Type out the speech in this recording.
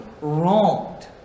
wronged